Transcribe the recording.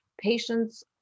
patients